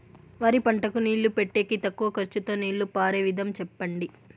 వరి పంటకు నీళ్లు పెట్టేకి తక్కువ ఖర్చుతో నీళ్లు పారే విధం చెప్పండి?